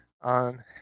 on